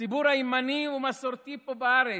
הציבור הימני והמסורתי פה בארץ,